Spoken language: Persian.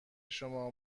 شما